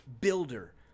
builder